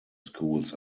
schools